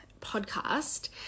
podcast